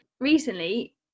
recently